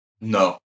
no